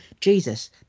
Jesus